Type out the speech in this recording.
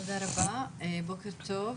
תודה רבה, בוקר טוב.